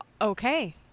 Okay